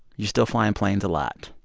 you're still flying planes a lot.